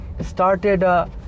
started